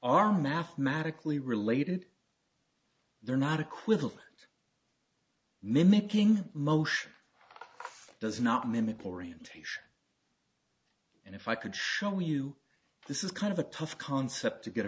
are mathematically related they're not equivalent mimicking motion does not mimic orientation and if i could show you this is kind of a tough concept to get